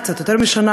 קצת יותר משנה,